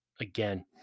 again